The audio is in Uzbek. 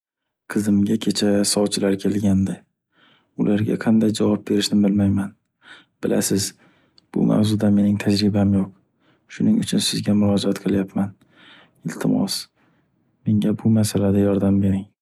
Qizimga kecha sovchilar kelgandi, ularga qanday javob berishni bilmayman, bilasiz, bu mavzuda mening tajribam yo’q, shuning uchun sizga murojaat qilyapman, iltimos menga bu masalada yordam bering.